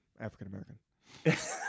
African-American